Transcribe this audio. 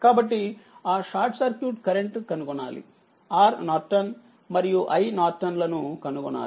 కాబట్టిఆ short circuit current కనుగొనాలిRNమరియు INలను కనుగొనాలి